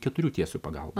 keturių tiesų pagalba